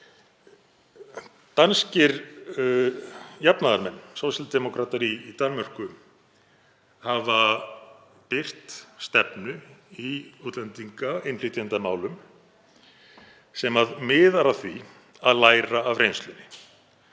Danskir jafnaðarmenn, sósíaldemókratar í Danmörku, hafa birt stefnu í innflytjendamálum sem miðar að því að læra af reynslunni,